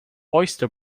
oyster